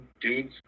dudes